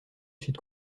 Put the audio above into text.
sud